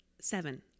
Seven